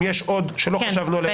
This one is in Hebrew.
אם יש עוד שלא חשבנו עליהם -- כן.